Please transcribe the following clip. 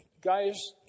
guys